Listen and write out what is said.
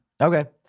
Okay